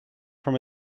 from